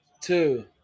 Two